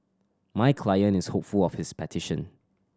my client is hopeful of his petition